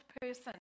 person